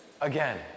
again